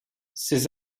ces